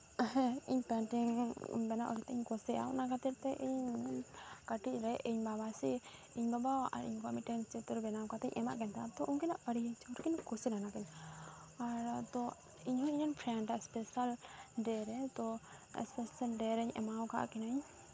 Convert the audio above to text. ᱦᱮᱸ ᱤᱧ ᱯᱮᱱᱴᱤᱝ ᱵᱮᱱᱟᱣ ᱠᱟᱹᱴᱤᱡ ᱤᱧ ᱠᱩᱥᱤᱭᱟᱜᱼᱟ ᱚᱱᱟ ᱠᱷᱟᱹᱛᱤᱨᱛᱮ ᱤᱧ ᱠᱟᱹᱴᱤᱡᱨᱮ ᱤᱧ ᱵᱟᱵᱟ ᱥᱮ ᱵᱟᱣᱟᱜ ᱟᱨ ᱤᱧ ᱜᱚᱣᱟᱜ ᱢᱤᱫᱴᱟᱱ ᱪᱤᱛᱟᱹᱨ ᱵᱮᱱᱟᱣ ᱠᱟᱛᱮᱫ ᱤᱧ ᱮᱢᱟᱫ ᱠᱤᱱ ᱛᱟᱦᱮᱱᱟ ᱛᱚ ᱩᱱᱠᱤᱱᱟᱜ ᱟᱹᱰᱤ ᱡᱳᱨ ᱠᱤᱱ ᱠᱩᱥᱤ ᱞᱮᱱᱟ ᱠᱤᱱ ᱟᱨ ᱛᱚ ᱤᱧᱦᱚᱸ ᱤᱧᱨᱮᱱ ᱯᱷᱨᱮᱱᱰᱟᱜ ᱮᱥᱯᱮᱥᱟᱞ ᱰᱮᱹ ᱨᱮ ᱛᱚ ᱥᱮᱯᱮᱥᱟᱞ ᱰᱮᱹ ᱨᱤᱧ ᱮᱢᱟᱣ ᱠᱟᱫ ᱠᱤᱱᱟᱹᱧ